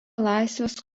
laisvės